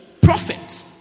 prophet